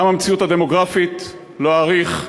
גם המציאות הדמוגרפית, לא אאריך,